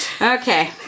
Okay